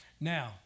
Now